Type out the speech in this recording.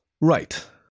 Right